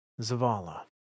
Zavala